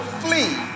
flee